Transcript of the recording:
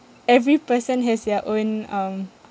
every person has their own um